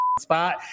spot